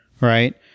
right